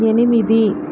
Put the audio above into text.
ఎనిమిది